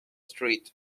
street